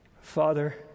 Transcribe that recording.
Father